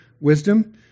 wisdom